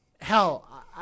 hell